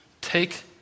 Take